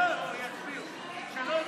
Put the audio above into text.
לסעיף 1 לא נתקבלה.